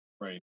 Right